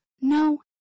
No